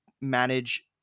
manage